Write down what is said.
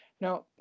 now